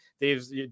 Dave's